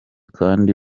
kandi